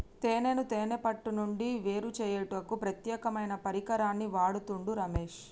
తేనెను తేనే పట్టు నుండి వేరుచేయుటకు ప్రత్యేకమైన పరికరాన్ని వాడుతుండు రమేష్